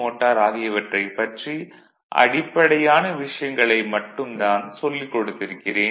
motor ஆகியவற்றைப் பற்றி அடிப்படையான விஷயங்களை மட்டும் தான் சொல்லிக் கொடுத்திருக்கிறேன்